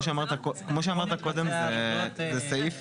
הסעיף